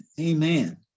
Amen